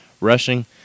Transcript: Rushing